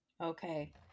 Okay